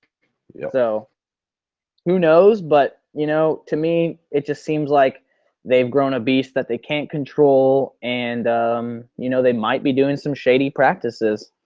yeah so who knows but you know to me, it just seems like they've grown a beast that they can't control and you know they might be doing some shady practices.